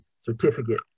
certificate